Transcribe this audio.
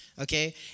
okay